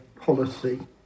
policy